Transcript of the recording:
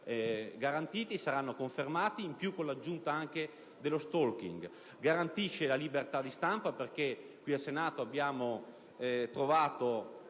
garantiti e confermati, con l'aggiunta dello *stalking*. Garantisce la libertà di stampa, perché al Senato abbiamo trovato